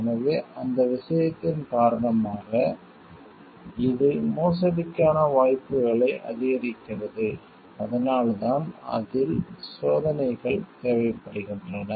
எனவே அந்த விஷயத்தின் காரணமாக இது மோசடிக்கான வாய்ப்புகளை அதிகரிக்கிறது அதனால்தான் அதிக சோதனைகள் தேவைப்படுகின்றன